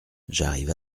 j’arrive